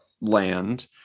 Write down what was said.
land